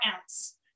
ounce